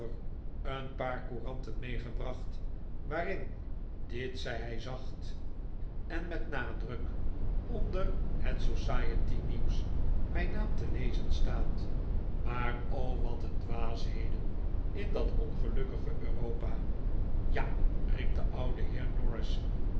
een paar couranten meegebracht waarin dit zei hij zacht en met nadruk onder het society nieuws mijn naam te lezen staat maar o wat een dwaasheden in dat ongelukkige europa ja riep de oude heer